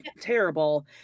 terrible